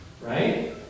right